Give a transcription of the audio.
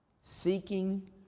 seeking